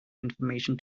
information